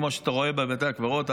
כמו שאתה רואה בבתי הקברות,